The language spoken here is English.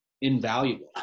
invaluable